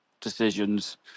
decisions